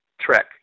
trek